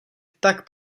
tak